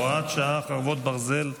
ב-7 באוקטובר,